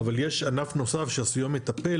אבל יש ענף נוסף שהסיוע מטפל,